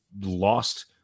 lost